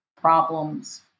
problems